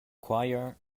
choir